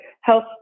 health